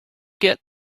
get